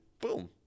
boom